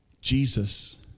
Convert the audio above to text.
Jesus